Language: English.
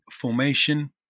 formation